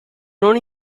non